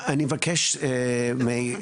אני מבקש מגב'